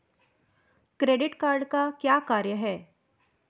Credit card का क्या कार्य है?